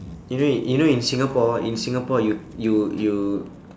you know you know in singapore in singapore you you you